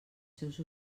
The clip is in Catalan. seus